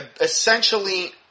essentially